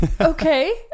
okay